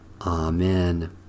Amen